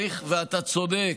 ואתה צודק,